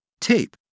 Tape